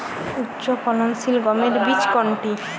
উচ্চফলনশীল গমের বীজ কোনটি?